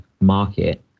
market